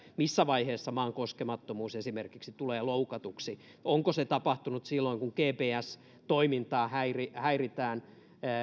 missä vaiheessa maan koskemattomuus esimerkiksi tulee loukatuksi onko se tapahtunut silloin kun gps toimintaa häiritään